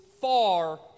far